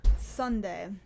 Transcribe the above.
Sunday